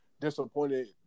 disappointed